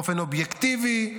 באופן אובייקטיבי,